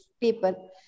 people